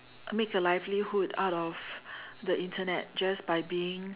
make a livelihood out of the Internet just by being